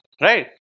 Right